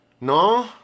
no